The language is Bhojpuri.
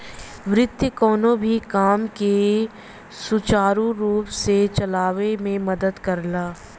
वित्त कउनो भी काम के सुचारू रूप से चलावे में मदद करला